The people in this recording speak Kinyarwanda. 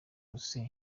casey